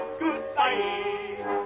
goodbye